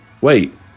Wait